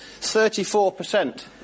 34%